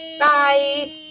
Bye